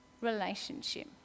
relationship